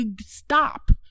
Stop